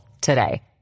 today